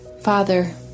Father